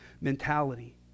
mentality